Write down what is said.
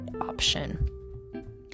option